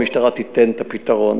המשטרה תיתן את הפתרון.